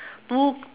two